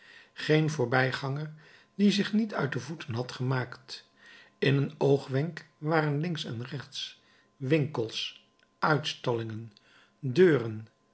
geen voorbijganger die zich niet uit de voeten had gemaakt in een oogwenk waren links en rechts winkels uitstallingen deuren